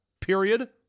Period